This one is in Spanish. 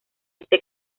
este